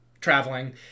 traveling